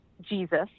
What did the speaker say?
Jesus